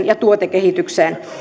ja tuotekehitykseen